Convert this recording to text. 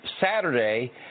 Saturday